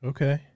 Okay